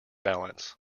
balance